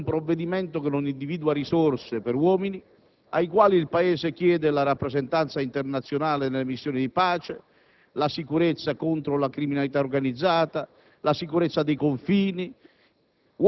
ad un provvedimento che non individua risorse per uomini ai quali il Paese chiede la rappresentanza internazionale nelle missioni di pace, la sicurezza contro la criminalità organizzata, la sicurezza dei confini;